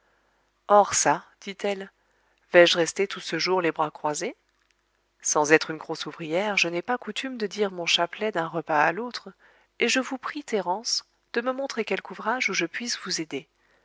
or ça dit-elle vais-je rester tout ce jour les bras croisés sans être une grosse ouvrière je n'ai pas coutume de dire mon chapelet d'un repas à l'autre et je vous prie thérence de me montrer quelque ouvrage où je puisse vous aider